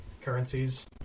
currencies